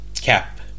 Cap